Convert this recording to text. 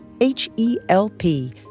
H-E-L-P